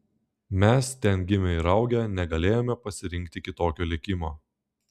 mes ten gimę ir augę negalėjome pasirinkti kitokio likimo